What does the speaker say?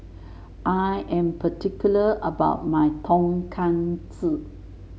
I am particular about my Tonkatsu